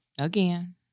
Again